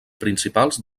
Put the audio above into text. principals